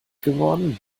geworden